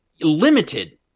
limited